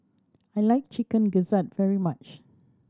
I like Chicken Gizzard very much